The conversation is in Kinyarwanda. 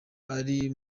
ari